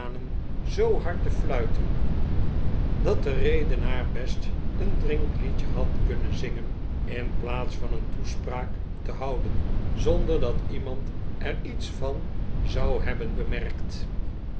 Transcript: zoo hard te fluiten dat de redenaar best een drinkliedje had kunnen zingen in plaats van een toespraak te houden zonder dat iemand er lets van zou hebben bemerkt